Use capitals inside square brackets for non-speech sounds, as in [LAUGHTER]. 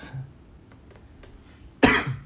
[COUGHS]